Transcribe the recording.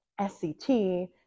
SCT